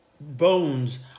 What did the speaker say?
bones